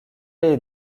est